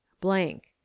blank